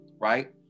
right